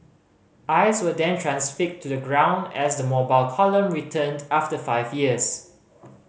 eyes were then transfixed to the ground as the Mobile Column returned after five years